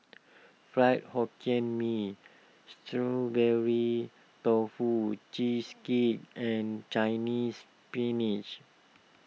Fried Hokkien Mee Strawberry Tofu Cheesecake and Chinese Spinach